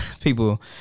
people